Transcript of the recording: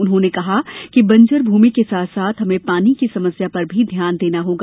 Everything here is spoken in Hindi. उन्होंने कहा कि बंजर भूमि के साथ साथ हमें पानी की समस्या पर भी ध्यान देना होगा